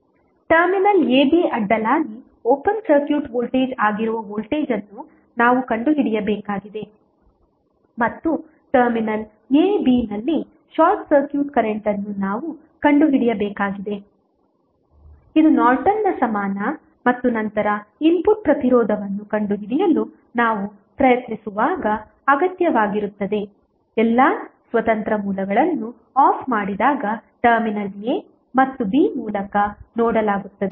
terminal ab ಅಡ್ಡಲಾಗಿ open circuit voltage ಆಗಿರುವ voltage ಅನ್ನು ನಾವು ಕಂಡುಹಿಡಿಯಬೇಕಾಗಿದೆ ಮತ್ತು ಟರ್ಮಿನಲ್ ab ನಲ್ಲಿ ಶಾರ್ಟ್ ಸರ್ಕ್ಯೂಟ್ ಕರೆಂಟ್ ಅನ್ನು ನಾವು ಕಂಡುಹಿಡಿಯಬೇಕಾಗಿದೆ ಇದು ನಾರ್ಟನ್ನ ಸಮಾನ ಮತ್ತು ನಂತರ ಇನ್ಪುಟ್ ಪ್ರತಿರೋಧವನ್ನು ಕಂಡುಹಿಡಿಯಲು ನಾವು ಪ್ರಯತ್ನಿಸುವಾಗ ಅಗತ್ಯವಾಗಿರುತ್ತದೆ ಎಲ್ಲಾ ಸ್ವತಂತ್ರ ಮೂಲಗಳನ್ನು ಆಫ್ ಮಾಡಿದಾಗ ಟರ್ಮಿನಲ್ a ಮತ್ತು b ಮೂಲಕ ನೋಡಲಾಗುತ್ತದೆ